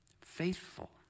faithful